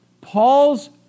Paul's